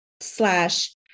slash